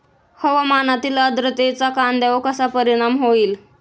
हवामानातील आर्द्रतेचा कांद्यावर कसा परिणाम होईल?